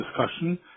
discussion